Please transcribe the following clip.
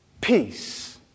peace